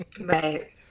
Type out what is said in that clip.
right